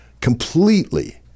Completely